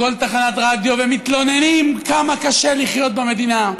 בכל תחנת רדיו, ומתלוננים כמה קשה לחיות במדינה,